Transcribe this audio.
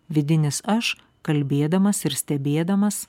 vidinis aš kalbėdamas ir stebėdamas